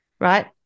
right